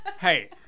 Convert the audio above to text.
hey